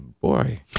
boy